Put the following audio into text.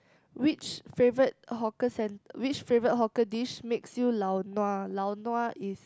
which favorite hawker centre which favorite hawker dish makes you lau-nua lau-nua is